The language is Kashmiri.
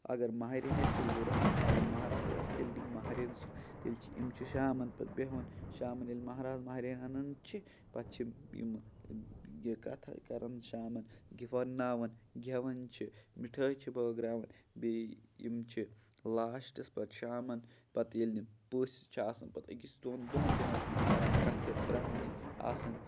اَگر مَہرین آسہِ تیٚلہِ گوٚو رۄخست اَگر مہراز آسہِ تیٚلہِ گٔیٚے مہرین تیٚلہِ یِم چھِ شامَن پَتہٕ بیٚہون شامَن ییٚلہِ مہراز مہرین اَنان چھِ پَتہٕ چھِ یِم یہِ کَتھ کران شامَن کہِ وَنناون گیٚون چھِ مِٹھٲے چھِ بٲغراوان بیٚیہِ یِم چھِ لاسٹس پَتہٕ شامَن پَتہٕ ییٚلہِ پٔژھ چھِ آسان پَتہٕ أکِس دۄن دۄہن بیٚہوان کران کَتھٕ پرانہِ آسان